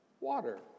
Water